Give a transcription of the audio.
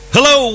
Hello